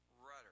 rudder